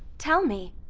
tell me,